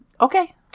Okay